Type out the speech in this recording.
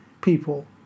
people